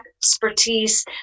expertise